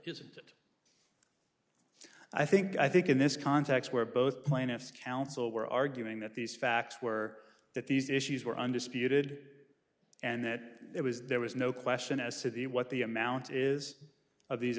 is it i think i think in this context where both plaintiffs counsel were arguing that these facts were that these issues were undisputed and that it was there was no question as to the what the amount is of these